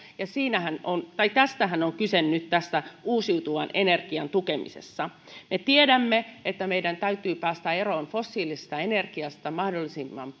ja tästähän on kyse nyt tässä uusiutuvan energian tukemisessa me tiedämme että meidän täytyy päästä eroon fossiilisesta energiasta mahdollisimman